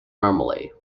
normally